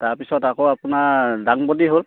তাৰ পিছত আকৌ আপোনাৰ ডাংবদী হ'ল